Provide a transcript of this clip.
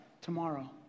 tomorrow